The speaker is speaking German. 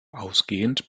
ausgehend